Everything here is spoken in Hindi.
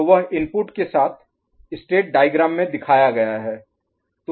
तो वह इनपुट के साथ स्टेट डायग्राम में दिखाया गया है